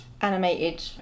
Animated